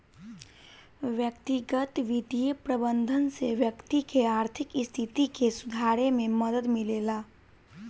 व्यक्तिगत बित्तीय प्रबंधन से व्यक्ति के आर्थिक स्थिति के सुधारे में मदद मिलेला